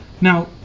Now